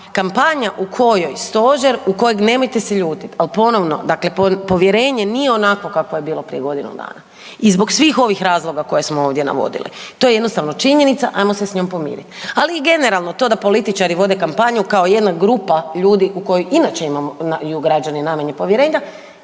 Kampanja u kojoj Stožer, u kojeg nemojte se ljutiti, ali ponovno dakle povjerenje nije onakvo kakvo je bilo prije godinu dana i zbog svih ovih razloga koje smo ovdje navodili, to je jednostavno činjenica, ajmo se s njom pomiriti, ali i generalno to da političari vode kampanju kao jedna grupa ljudi koji inače imamo ili građani najmanje povjerenja